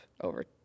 over